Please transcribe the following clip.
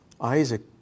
Isaac